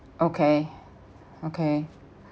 okay okay okay